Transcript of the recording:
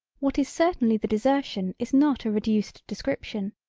what is certainly the desertion is not a reduced description,